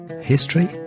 history